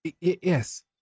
Yes